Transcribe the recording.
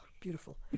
beautiful